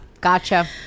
Gotcha